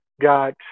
got